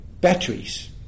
batteries